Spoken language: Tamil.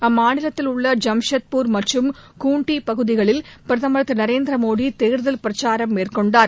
அம்மாநிலத்தில் உள்ள ஐாம்ஷெத்பூர் மற்றும் பகுதிகளில் பிரதமர் குந்தி திரு நரேந்திரமோடி நேற்று பிரச்சாரம் மேற்கொண்டார்